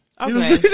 okay